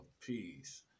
peace